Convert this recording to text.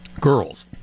Girls